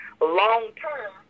long-term